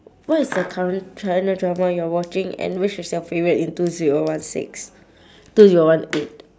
what is the current china drama you're watching and which is your favourite in two zero one six two zero one eight